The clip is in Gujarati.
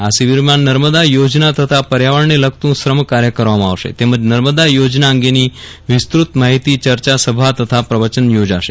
આ શિબિરમાં નર્મદા યોજના તથા પર્યાવરણને લગતું શ્રમ કાર્ય કરવામાં આવશે તેમજ નર્મદા યોજના અંગેની વિસ્તૃત માહિતી ચર્ચા સભા તથા પ્રવચન યોજાશે